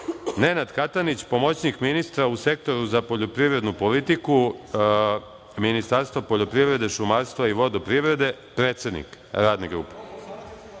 Nenad Katanić, pomoćnik ministra u Sektoru za poljoprivrednu politiku Ministarstva poljoprivrede, šumarstva i vodoprivrede – predsednik Radne grupe,